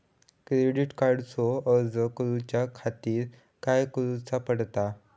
Credit कार्डचो अर्ज करुच्या खातीर काय करूचा पडता?